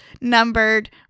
numbered